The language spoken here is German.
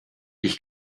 ich